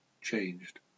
changed